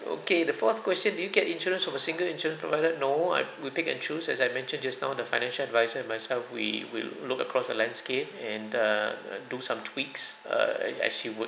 okay the fourth question do you get insurance from a single insurance provider no I would pick and choose as I mentioned just now the financial advisor and myself we will look across a landscape and err do some tweaks err as as she would